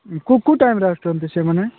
କୋଉ କୋଉ ଟାଇମରେ ଆସୁଛନ୍ତି ସେମାନେ